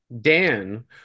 Dan